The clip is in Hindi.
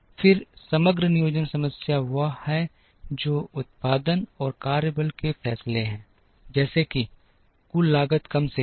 फिर समग्र नियोजन समस्या वह है जो उत्पादन और कार्यबल के फैसले हैं जैसे कि कुल लागत कम से कम